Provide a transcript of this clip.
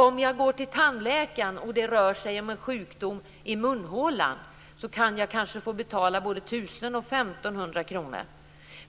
Om jag går till tandläkaren och det rör sig om en sjukdom i munhålan kan jag få betala både 1 000 kr och 1 500 kr,